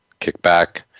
kickback